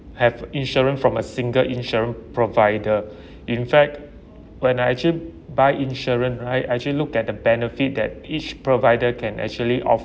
have insurance from a single insurance provider in fact when I actually buy insurance right I actually looked at the benefit that each provider can actually offer